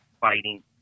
fighting